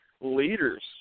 leaders